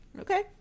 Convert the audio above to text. okay